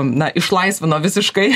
na išlaisvino visiškai